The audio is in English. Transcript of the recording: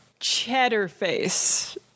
Cheddarface